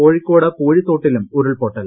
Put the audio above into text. കോഴിക്കോട് പൂഴിത്തോട്ടിലും ഉരുൾപ്പൊട്ടൽ